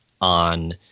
on